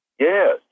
Yes